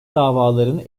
davaların